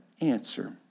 answer